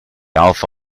alpha